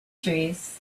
trees